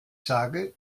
sage